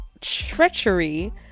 treachery